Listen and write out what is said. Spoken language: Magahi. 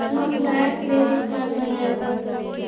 हम बैक क्रेडिट कार्ड बनैवो?